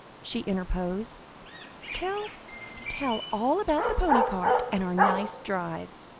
she interposed. tell tell all about the pony-cart, and our nice drives.